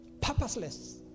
purposeless